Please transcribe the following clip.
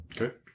Okay